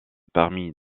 parmi